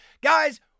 Guys